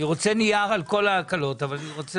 אני רוצה נייר על כל ההקלות אבל אני רוצה